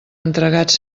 entregats